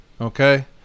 Okay